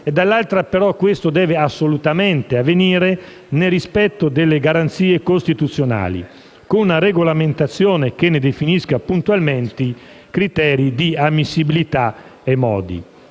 ma dall'altra questo deve assolutamente avvenire nel rispetto delle garanzie costituzionali, con una regolamentazione che ne definisca puntualmente i criteri di ammissibilità e i modi.